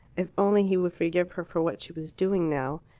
if only he would forgive her for what she was doing now,